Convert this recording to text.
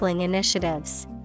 initiatives